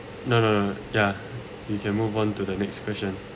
no no no ya you can move on to the next question